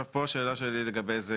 פה השאלה שלי היא ככה.